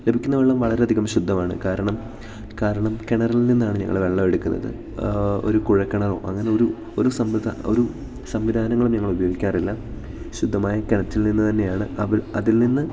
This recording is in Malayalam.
ലഭിക്കുന്ന വെള്ളം വളരെയധികം ശുദ്ധമാണ് കാരണം കാരണം കിണറ്റിൽ നിന്നാണ് ഞങ്ങള് വെള്ളം എടുക്കുന്നത് ഒരു കുഴൽ കിണറോ അങ്ങനെ ഒരു ഒരു സംവിധ ഒരു സംവിധാനങ്ങളും ഞങ്ങള് ഉപയോഗിക്കാറില്ല ശുദ്ധമായ കിണറ്റിൽ നിന്ന് തന്നെയാണ് അവ അതിൽ നിന്ന്